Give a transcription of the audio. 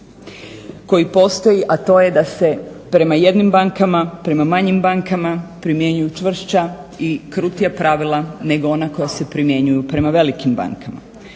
koji postoji, a to je da se prema jednim bankama, prema manjim bankama primjenjuju čvršća i krutija pravila nego ona koja se primjenjuju prema velikim bankama.